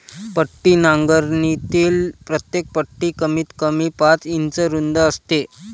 पट्टी नांगरणीतील प्रत्येक पट्टी कमीतकमी पाच इंच रुंद असते